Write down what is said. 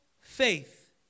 faith